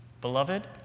Beloved